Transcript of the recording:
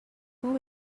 who